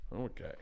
Okay